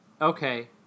Okay